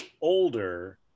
older